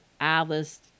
Alice